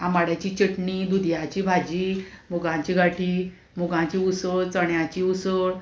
आमाड्याची चटणी दुदयाची भाजी मुगाची गाठी मुगाची उसळ चण्याची उसळ